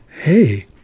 hey